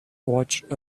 watched